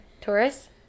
Taurus